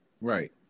Right